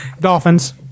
Dolphins